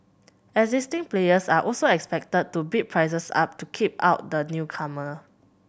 existing players are also expected to bid prices up to keep out the newcomer